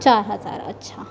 चार हजार अच्छा